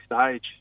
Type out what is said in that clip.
stage